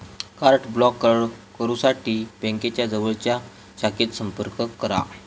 card block करुसाठी बँकेच्या जवळच्या शाखेत संपर्क करा